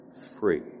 free